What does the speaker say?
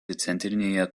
centrinėje